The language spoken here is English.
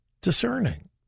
discerning